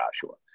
Joshua